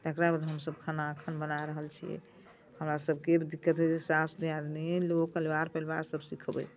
ताहिके बाद हमसब खाना अखन बना रहल छियै हमरा सबके दिक्कत भेल तऽ साउस दियादनी लोक एलवार पैलवार सब सीखबै